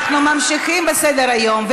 אנחנו ממשיכים בסדר-היום.